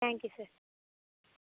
thank you sir